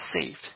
saved